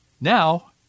now